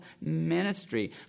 ministry